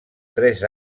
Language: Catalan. tres